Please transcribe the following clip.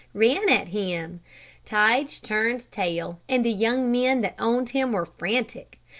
ran at him. tige turned tail, and the young men that owned him were frantic.